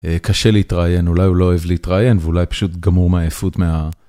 קשה להתראיין אולי הוא לא אוהב להתראיין ואולי פשוט גמור מהעייפות מה...